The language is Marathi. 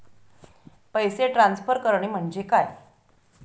पैसे ट्रान्सफर करणे म्हणजे काय?